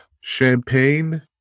champagne